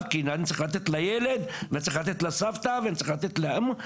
כי צריך לתת לילד וצריך לתת לסבתא וצריך לתת לאמו,